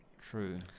True